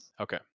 okay